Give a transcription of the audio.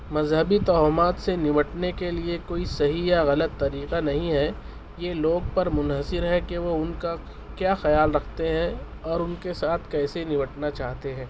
مذہبی توہمات سے نمٹنے کے لیے کوئی صحیح یا غلط طریقہ نہیں ہے یہ لوگ پر منحصر ہے کہ وہ ان کا کیا خیال رکھتے ہیں اور ان کے ساتھ کیسے نمٹنا چاہتے ہیں